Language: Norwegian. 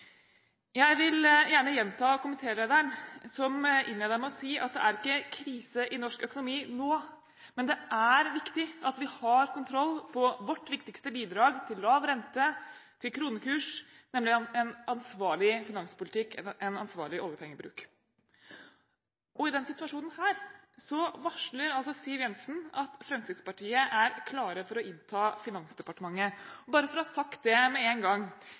Jeg vil gjerne gjenta komitélederen som innledet med å si at det er ikke krise i norsk økonomi nå, men det er viktig at vi har kontroll på vårt viktigste bidrag til lav rente og kronekurs, nemlig en ansvarlig finanspolitikk og en ansvarlig oljepengebruk. I denne situasjonen varsler Siv Jensen at Fremskrittspartiet er klar for å innta Finansdepartementet. Bare for å ha sagt det med en gang: